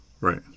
Right